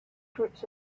groups